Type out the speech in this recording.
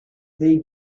they